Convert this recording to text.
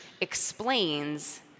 explains